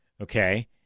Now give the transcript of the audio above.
okay